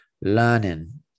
learning